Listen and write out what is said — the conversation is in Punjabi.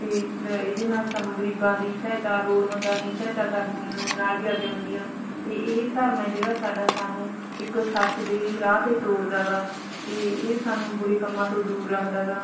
ਅਤੇ ਇਹਦੇ ਨਾਲ ਸਾਨੂੰ ਗਰੀਬਾਂ ਦੀ ਸਹਾਇਤਾ ਲੋੜਵੰਦਾਂ ਦੀ ਸਹਾਇਤਾ ਕਰਨ ਨਾਲ ਵੀ ਆਗਿਆ ਮਿਲਦੀ ਹੈ ਅਤੇ ਇਹ ਧਰਮ ਹੈ ਜਿਹੜਾ ਸਾਡਾ ਸਾਨੂੰ ਇੱਕ ਸੱਚ ਦੇ ਰਾਹ 'ਤੇ ਤੋਰਦਾ ਹੈਗਾ ਅਤੇ ਇਹ ਸਾਨੂੰ ਬੁਰੇ ਕੰਮਾਂ ਤੋਂ ਦੂਰ ਰੱਖਦਾ ਹੈਗਾ